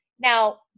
Now